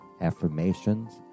affirmations